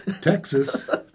Texas